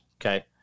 okay